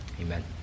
Amen